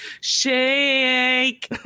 shake